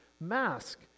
mask